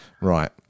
right